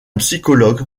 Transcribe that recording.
psychologue